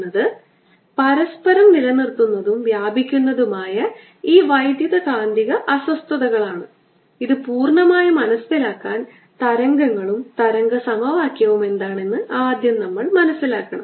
അതിനാൽ അനന്തമായ നീളമുള്ള 2 ഓവർലാപ്പിംഗ് സിലിണ്ടറുകൾ അവയുടെ ആരം ക്യാപിറ്റൽ R നമുക്ക് നിർമ്മിക്കാം